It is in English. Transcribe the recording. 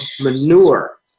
manure